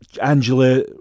Angela